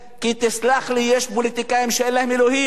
כי, תסלח לי, יש פוליטיקאים שאין להם אלוהים.